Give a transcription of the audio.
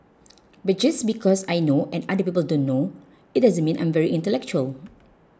but just because I know and other people don't know it doesn't mean I'm very intellectual